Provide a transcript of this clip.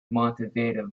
montevideo